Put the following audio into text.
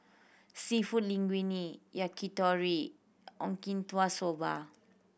Seafood Linguine Yakitori Soba